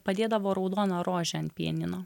padėdavo raudoną rožę ant pianino